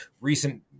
recent